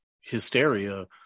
hysteria